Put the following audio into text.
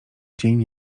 dzień